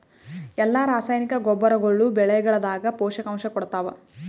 ಎಲ್ಲಾ ರಾಸಾಯನಿಕ ಗೊಬ್ಬರಗೊಳ್ಳು ಬೆಳೆಗಳದಾಗ ಪೋಷಕಾಂಶ ಕೊಡತಾವ?